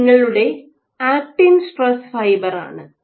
ഇത് നിങ്ങളുടെ actin stress fibre ആണ്